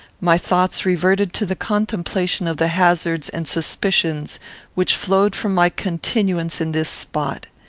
my thoughts reverted to the contemplation of the hazards and suspicions which flowed from my continuance in this spot.